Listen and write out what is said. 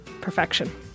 perfection